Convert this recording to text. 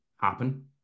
happen